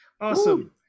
Awesome